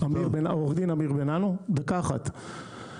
כולם